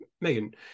Megan